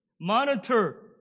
Monitor